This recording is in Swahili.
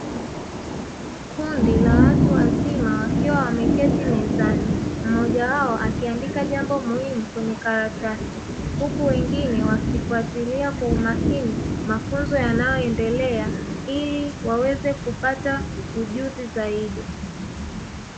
Kundi la watu wazima wakiwa wameketi mezani, mmoja wao akiandika jambo muhimu kwenye karatasi, huku wengine wakifuatilia kwa umakini mafunzo yanayoendelea ili waweze kupata ujuzi zaidi.